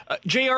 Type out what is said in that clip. Jr